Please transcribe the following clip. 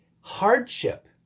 hardship